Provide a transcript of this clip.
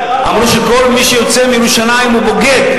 אמרו שכל מי שיוצא מירושלים הוא בוגד.